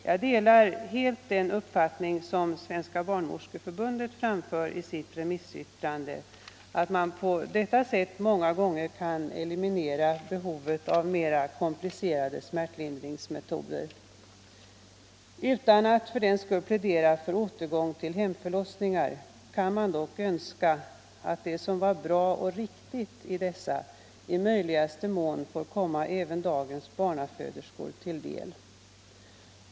Jag delar helt den uppfattning som Svenska barnmorskeförbundet framför i sitt remissyttrande, att man på detta sätt många gånger kan eliminera behovet av mera komplicerade smärtlindringsmetoder. Utan att plädera för återgång till hemförlossningar kan man dock önska att det som var bra och riktigt i dessa i möjligaste mån får komma även dagens barnaföderskor till del.